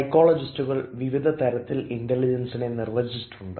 സൈക്കോളജിസ്റ്റുകൾ വിവിധതരത്തിൽ ഇൻറലിജൻസിനെ നിർവചിച്ചിട്ടുണ്ട്